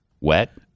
wet